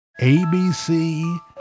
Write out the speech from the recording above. ABC